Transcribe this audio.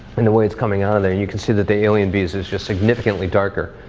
and the way it's coming out of there, you can see that the alienbees is just significantly darker.